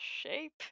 shape